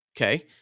Okay